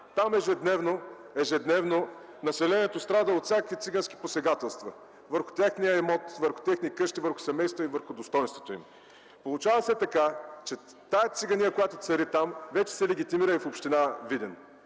там ежедневно страда от всякакви цигански посегателства върху техния имот, техни къщи, върху семействата им и върху достойнството им. Получава се така, че циганията, която цари там, вече се легитимира и в община Видин.